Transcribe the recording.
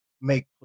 make